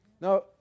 Now